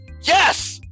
Yes